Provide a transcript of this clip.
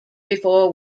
before